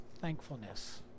thankfulness